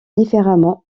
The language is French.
différemment